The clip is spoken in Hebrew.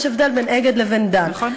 יש הבדל בין "אגד" לבין "דן" נכון.